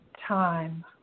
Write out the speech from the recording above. time